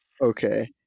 Okay